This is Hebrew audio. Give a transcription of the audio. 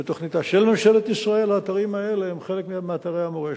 בתוכניתה של ממשלת ישראל האתרים האלה הם חלק מאתרי המורשת.